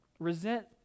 resent